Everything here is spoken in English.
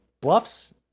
bluffs